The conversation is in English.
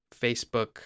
Facebook